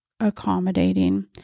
accommodating